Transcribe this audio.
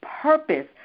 purpose